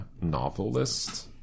novelist